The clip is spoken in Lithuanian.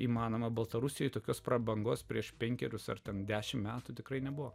įmanoma baltarusijoje tokios prabangos prieš penkerius ar ten dešimt metų tikrai nebuvo